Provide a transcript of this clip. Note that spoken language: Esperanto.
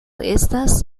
estas